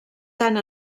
tant